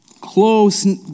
close